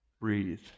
Breathe